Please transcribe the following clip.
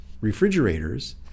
refrigerators